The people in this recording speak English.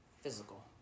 physical